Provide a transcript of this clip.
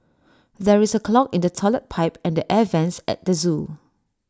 there is A clog in the Toilet Pipe and the air Vents at the Zoo